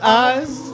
eyes